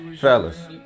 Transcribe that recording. Fellas